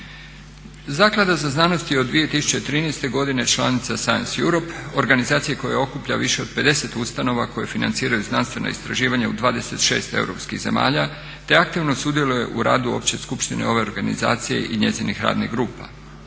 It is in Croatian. Zaklada za znanost je od 2013. godine članica Science Europe, organizacije koja okuplja više od 50 ustanova koje financiraju znanstvena istraživanja u 26 europskih zemalja te aktivno sudjeluje u radu opće skupštine ove organizacije i njezinih radnih grupa.